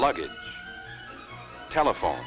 luggage telephone